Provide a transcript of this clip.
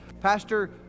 pastor